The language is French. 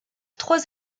trois